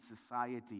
society